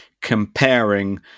comparing